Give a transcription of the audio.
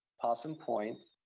possum point,